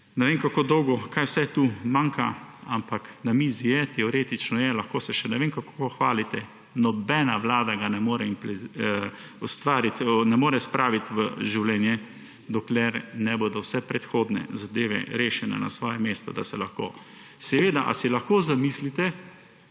ne vem kako dolgo, kaj vse tu manjka, ampak na mizi je, teoretično je, lahko se še ne vem koliko hvalite – nobena vlada ga ne more spraviti v življenje, dokler ne bodo vse predhodne zadeve rešene na svojem mestu, da se lahko … Ali si lahko zamislite,